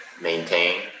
maintain